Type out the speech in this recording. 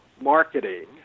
Marketing